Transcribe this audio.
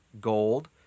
gold